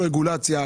קודם כל רגולציה,